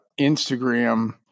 Instagram